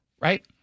Right